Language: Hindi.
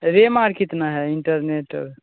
रेम आर कितना है इंटरनेट